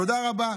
תודה רבה.